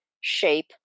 shape